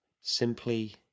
simply